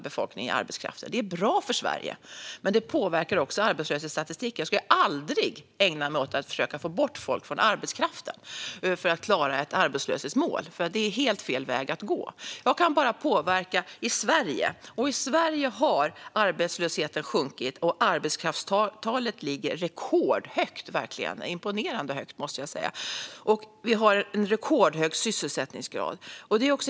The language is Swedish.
Det är bra för Sverige. Men det påverkar också arbetslöshetsstatistiken. Jag skulle aldrig ägna mig åt att försöka få bort folk från arbetskraften för att klara ett arbetslöshetsmål. Det är helt fel väg att gå. Jag kan bara påverka i Sverige, och i Sverige har arbetslösheten sjunkit och arbetskraftstalet ligger verkligen rekordhögt. Det ligger imponerande högt, måste jag säga. Vi har en rekordhög sysselsättningsgrad.